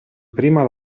prima